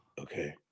okay